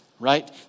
Right